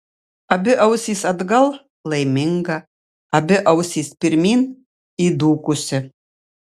abi ausys atgal laiminga abi ausys pirmyn įdūkusi